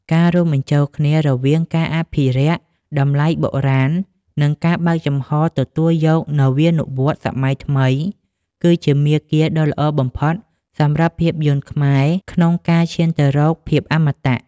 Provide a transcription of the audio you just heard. ការរួមបញ្ចូលគ្នារវាងការអភិរក្សតម្លៃបុរាណ និងការបើកចំហទទួលយកនវានុវត្តន៍សម័យថ្មី គឺជាមាគ៌ាដ៏ល្អបំផុតសម្រាប់ភាពយន្តខ្មែរក្នុងការឈានទៅរកភាពអមតៈ។